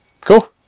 cool